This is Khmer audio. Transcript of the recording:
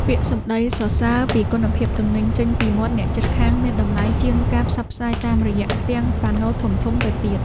ពាក្យសម្ដីសរសើរពីគុណភាពទំនិញចេញពីមាត់អ្នកជិតខាងមានតម្លៃជាងការផ្សព្វផ្សាយតាមរយៈផ្ទាំងប៉ាណូធំៗទៅទៀត។